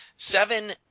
Seven